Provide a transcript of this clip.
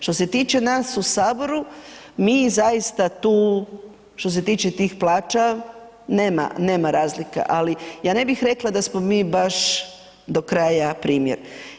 Što se tiče nas u Saboru, mi zaista tu što se tiče tih plaća, nema razlika ali ja ne bih rekla da smo mi baš do kraja primjer.